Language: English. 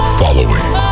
following